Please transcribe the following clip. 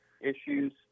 issues